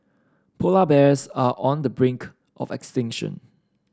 polar bears are on the brink of extinction